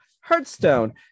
Hearthstone